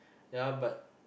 ya but